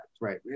right